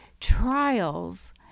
trials